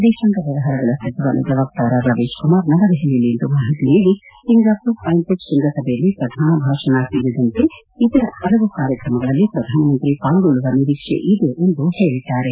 ವಿದೇಶಾಂಗ ವ್ಯವಹಾರಗಳ ಸಜಿವಾಲಯದ ವಕ್ತಾರ ರವೀಶ್ಕುಮಾರ್ ನವದೆಹಲಿಯಲ್ಲಿ ಇಂದು ಮಾಹಿತಿ ನೀಡಿ ಸಿಂಗಾಮರ್ ಫೈನ್ಟಕ್ ಶೃಂಗಸಭೆಯಲ್ಲಿ ಪ್ರಧಾನ ಭಾಷಣ ಸೇರಿದಂತೆ ಇತರ ಪಲವು ಕಾರ್ಯಕ್ರಮಗಳಲ್ಲಿ ಪ್ರಧಾನಮಂತ್ರಿ ಪಾಲ್ಗೊಳ್ಳುವ ನಿರೀಕ್ಷೆ ಇದೆ ಎಂದು ಹೇಳಿದ್ದಾರೆ